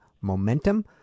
momentum